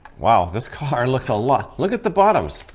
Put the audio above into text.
wow this car looks a lot. look at the bottoms.